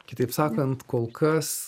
kitaip sakant kol kas